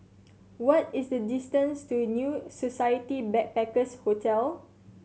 what is the distance to New Society Backpackers' Hotel